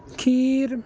ਖੀਰ